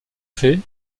fait